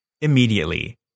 immediately